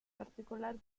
particular